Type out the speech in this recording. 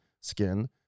skin